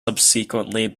subsequently